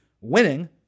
winning